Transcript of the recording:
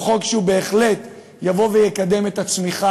הוא חוק שבהחלט יבוא ויקדם את הצמיחה,